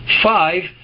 five